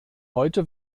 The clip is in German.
heute